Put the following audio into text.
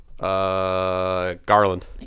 garland